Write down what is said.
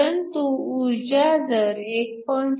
परंतु ऊर्जा जर 1